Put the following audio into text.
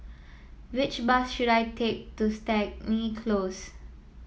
which bus should I take to Stangee Close